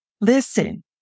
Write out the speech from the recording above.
Listen